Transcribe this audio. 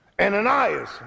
Ananias